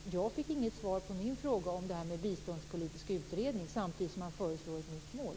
Men jag fick inget svar på min fråga om den biståndspolitiska utredningen samtidigt som man föreslår ett nytt mål.